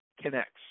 connects